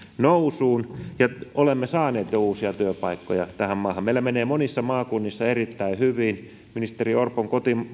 nousuun ja olemme saaneet jo uusia työpaikkoja tähän maahan meillä menee monissa maakunnissa erittäin hyvin ministeri orpon